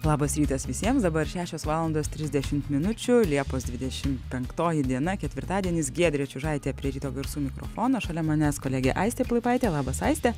labas rytas visiems dabar šešios valandos trisdešim minučių liepos dvidešim penktoji diena ketvirtadienis giedrė čiužaitė prie ryto garsų mikrofono šalia manęs kolegė aistė plaipaitė labas aiste